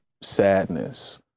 sadness